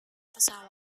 pesawat